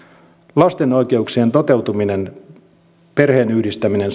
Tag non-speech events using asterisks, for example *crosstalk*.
lasten oikeuksien toteutuminen sallimalla perheenyhdistäminen *unintelligible*